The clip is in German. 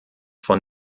von